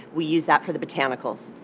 we use that for the botanicals.